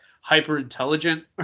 hyper-intelligent